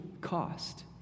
cost